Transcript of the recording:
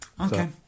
Okay